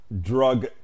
drug